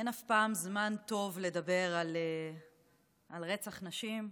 אין אף פעם זמן טוב לדבר על רצח נשים,